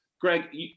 Greg